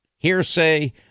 Hearsay